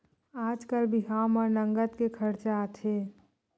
आजकाल बिहाव म नँगत के खरचा आथे